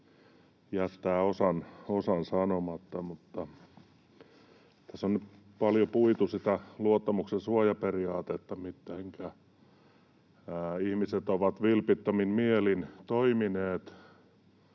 jättää osan sanomatta. Tässä on nyt paljon puitu sitä luottamuksensuojaperiaatetta, mitenkä ihmiset ovat vilpittömin mielin toimineet